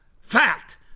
Fact